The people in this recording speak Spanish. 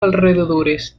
alrededores